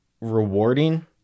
rewarding